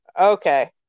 Okay